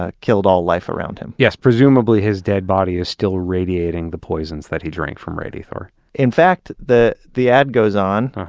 ah killed all life around him yes. presumably, his dead body is still radiating the poisons that he drank from radithor in fact, the the ad goes on,